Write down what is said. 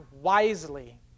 wisely